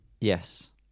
Yes